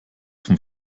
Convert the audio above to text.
vom